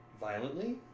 violently